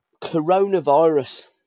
Coronavirus